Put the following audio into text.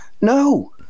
no